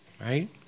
Right